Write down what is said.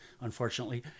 unfortunately